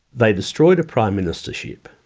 they destroyed a prime ministership.